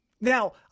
Now